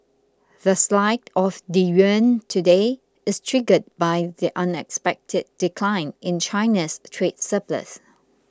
the slide of the yuan today is triggered by the unexpected decline in China's trade surplus